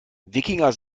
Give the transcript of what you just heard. wikinger